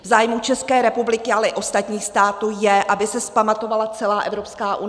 V zájmu České republiky, ale i ostatních států je, aby se vzpamatovala celá Evropská unie.